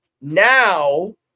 Now